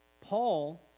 Paul